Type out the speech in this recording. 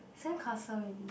sandcastle maybe